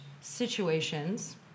situations